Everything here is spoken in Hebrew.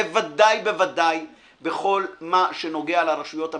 בוודאי ובוודאי בכל מה שנוגע לרשויות המדינתיות,